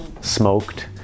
smoked